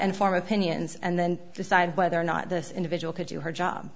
and form opinions and then decide whether or not this individual could do her job